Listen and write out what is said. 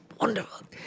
Wonderful